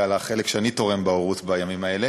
על החלק שאני תורם בהורות בימים האלה,